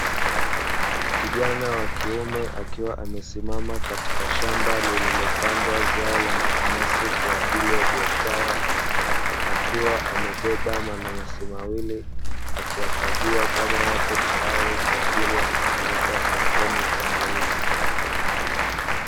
Kijana wa kiume akiwa amesimama katika shamba lililopandwa zao la mananasi kwa ajili ya biashara, akiwa amebeba mananasi mawili, akiyakagua kama yapo tayari kwa ajili ya kupelekwa sokoni kwa mauzo.